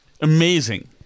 Amazing